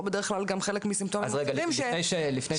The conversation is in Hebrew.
או בדרך כלל גם חלק מסימפטומים אחרים כדי להראות